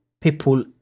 people